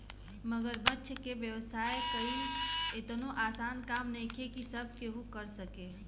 मगरमच्छ के व्यवसाय कईल एतनो आसान काम नइखे की सब केहू कर सके